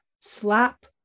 slap